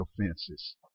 offenses